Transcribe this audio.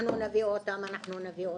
אנחנו נביא אותם, אנחנו נביא אותם.